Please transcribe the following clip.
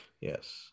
Yes